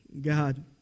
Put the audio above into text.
God